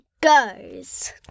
goes